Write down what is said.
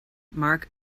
mark